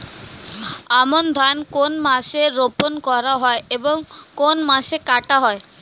আমন ধান কোন মাসে রোপণ করা হয় এবং কোন মাসে কাটা হয়?